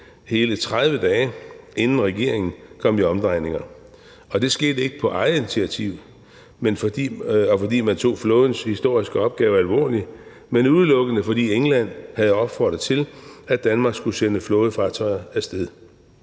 hele 30 dage, inden regeringen kom i omdrejninger, og det skete ikke på eget initiativ, eller fordi man tog flådens historiske opgave alvorligt, men udelukkende fordi England havde opfordret til, at Danmark skulle sende flådefartøjer af sted.